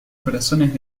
corazones